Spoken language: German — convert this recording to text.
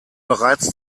bereits